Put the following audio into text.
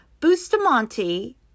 Bustamante